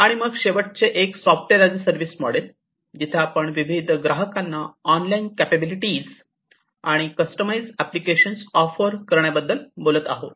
आणि मग शेवटचे एक software as a service model जिथे आपण विविध ग्राहकांना ऑनलाइन कॅपॅबिलिटीस आणि कस्टमाईज्ड अँप्लिकेशन्स ऑफर करण्याबद्दल बोलत आहोत